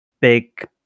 big